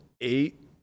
eight